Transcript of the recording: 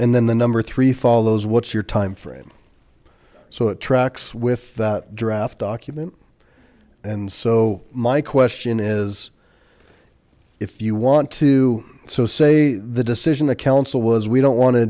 and then the number three follows what's your time frame so it tracks with that draft document and so my question is if you want to so say the decision the council was we don't want to